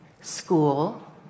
school